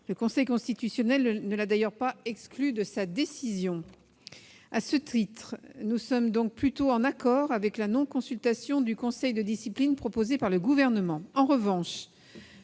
Le Conseil constitutionnel ne l'a d'ailleurs pas exclu de sa décision. À ce titre, nous sommes donc plutôt en accord avec la non-consultation du conseil de discipline proposée par le Gouvernement.